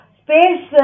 space